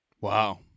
Wow